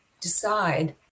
decide